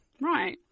Right